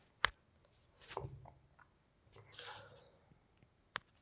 ಸೂರಡಪಾನ, ಹತ್ತಿ, ಗೊಂಜಾಳ, ಹೆಸರು ಕಡಲೆ ಬೇಜಗಳು